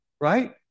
Right